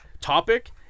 topic